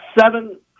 seven